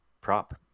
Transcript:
prop